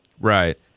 Right